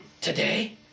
today